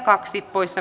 arvoisa puhemies